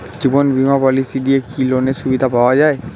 জীবন বীমা পলিসি দিয়ে কি লোনের সুবিধা পাওয়া যায়?